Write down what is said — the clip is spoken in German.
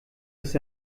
ist